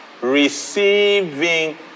receiving